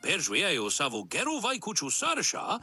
peržiūrėjau savo gerų vaikučių sąrašą